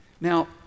Now